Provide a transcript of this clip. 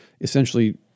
essentially